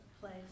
place